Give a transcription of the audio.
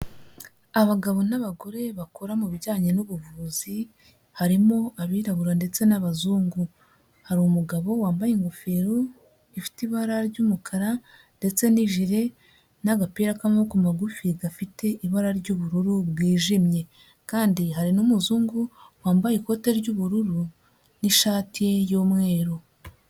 Abagabo n'abagore bakora mu bijyanye n'ubuvuzi, harimo abirabura ndetse n'abazungu, hari umugabo wambaye ingofero ifite ibara ry'umukara ndetse n'ijire n'agapira k'amaboko magufi gafite ibara ry'ubururu bwijimye kandi hari n'umuzungu wambaye ikote ry'ubururu n'ishati y'umweru.